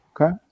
Okay